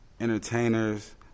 entertainers